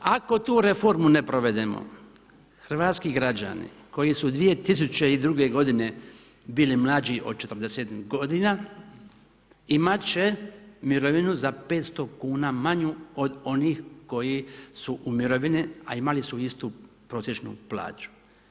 Ako tu reformu ne provedemo, hrvatski građani, koji su 2002. g. bili mlađi od 40 g. imati će mirovinu za 500 kn manju, od onih koji su u mirovini, a imali su istu prosječnu plaću.